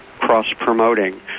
cross-promoting